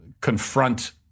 confront